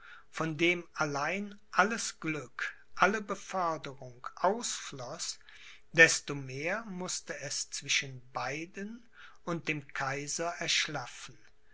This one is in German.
von dem allein alles glück alle beförderung ausfloß desto mehr mußte es zwischen beiden und dem kaiser erschlaffen